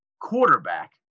quarterback